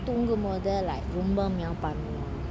தூங்கும்போது:thungumbothu like ரொம்ப பண்ணுவான்:romba panuvan